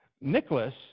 Nicholas